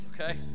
okay